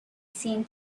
seen